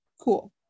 Cool